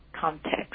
context